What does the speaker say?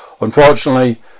unfortunately